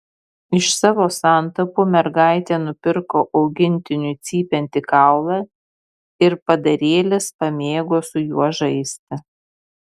iš savo santaupų mergaitė nupirko augintiniui cypiantį kaulą ir padarėlis pamėgo su juo žaisti